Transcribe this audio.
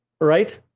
Right